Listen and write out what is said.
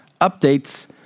updates